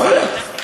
יכול להיות.